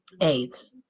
aids